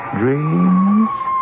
dreams